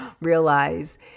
realize